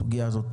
בסוגיה הזאת,